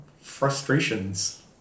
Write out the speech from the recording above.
frustrations